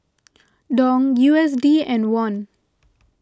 Dong U S D and Won